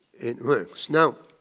it works. now,